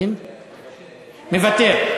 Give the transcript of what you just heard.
מוותר.